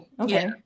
okay